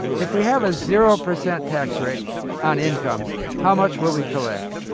if we have a zero percent tax rate on incomes, how much will we collect?